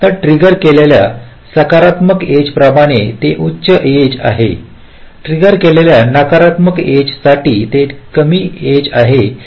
तर ट्रिगर केलेल्या सकारात्मक एज प्रमाणे ते एक उच्च एज आहे ट्रिगर केलेल्या नकारात्मक एजसाठी ती कमी एज आहे